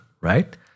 right